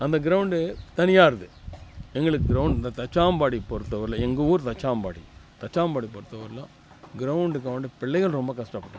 அந்த க்ரௌண்டு தனியாக இருந்து எங்களுக்கு க்ரௌண்டு இந்த தச்சாம்பாடி பொறுத்த வரைலையும் எங்கள் ஊர் தச்சாம்பாடி தச்சாம்பாடி பொறுத்த வரையிலும் க்ரௌண்டுக்காக வேண்டி பிள்ளைகள் ரொம்ப கஷ்டப்படுறாங்க